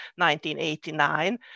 1989